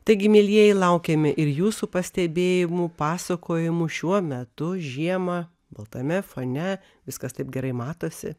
taigi mielieji laukiam ir jūsų pastebėjimų pasakojamų šiuo metu žiemą baltame fone viskas taip gerai matosi